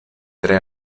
tre